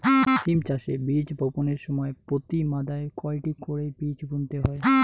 সিম চাষে বীজ বপনের সময় প্রতি মাদায় কয়টি করে বীজ বুনতে হয়?